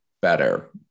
better